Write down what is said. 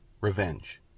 revenge